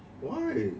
why